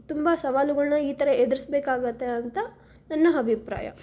ತುಂಬ ಸವಾಲುಗಳ್ನ ಈ ಥರ ಎದುರಿಸ್ಬೇಕಾಗುತ್ತೆ ಅಂತ ನನ್ನ ಅಭಿಪ್ರಾಯ